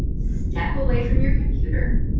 step away from your computer,